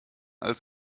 als